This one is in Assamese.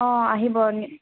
অ আহিব